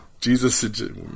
Jesus